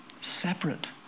separate